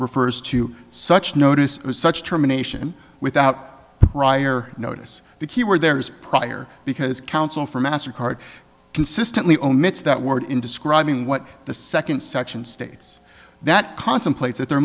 refers to such notice of such terminations without prior notice the key word there is prior because counsel for mastercard consistently omits that word in describing what the second section states that contemplates that there